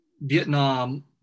Vietnam